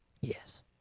Yes